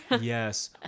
yes